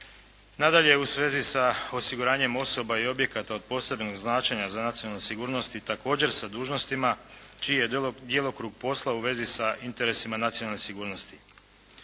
Nadalje u svezi sa osiguranjem osoba i objekata od posebnog značenja za nacionalnu sigurnost i također sa dužnostima čiji je djelokrug posla u vezi sa interesima nacionalne sigurnosti.